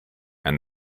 and